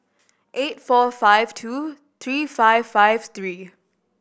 eight four five two three five five three